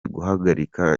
guhagarika